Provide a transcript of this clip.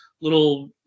little